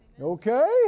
okay